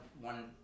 one